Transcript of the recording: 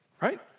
Right